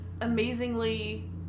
Amazingly